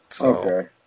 Okay